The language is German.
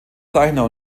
zeichner